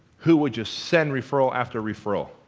who would just send referral after referral.